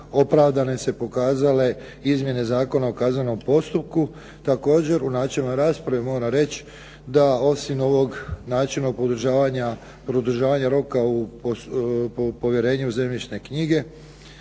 opravdane se pokazale izmjene Zakona o kaznenom postupku, također u načelnoj raspravi moram reći da osim ovog načina produžavanja roka u povjerenju u zemljišne knjige